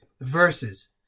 verses